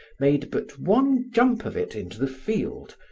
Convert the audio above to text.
made but one jump of it into the field,